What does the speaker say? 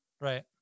Right